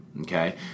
okay